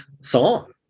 song